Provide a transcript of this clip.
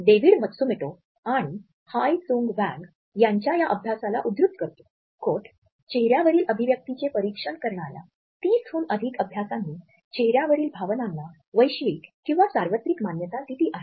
David Matsumoto आणि Hyi Sung Hwang यांच्या या अभ्यासाला उद्धृत करतो "चेहऱ्यावरील अभिव्यक्तिचे परीक्षण करणार्या ३० हून अधिक अभ्यासांनी चेहर्यावरील भावनांना वैश्विक किंवा सार्वत्रिक मान्यता दिली आहे